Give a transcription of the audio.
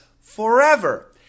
forever